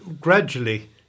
gradually